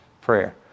prayer